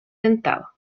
dentado